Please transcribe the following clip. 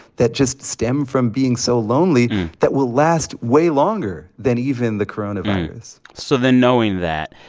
that just stem from being so lonely that will last way longer than even the coronavirus so then knowing that,